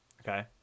Okay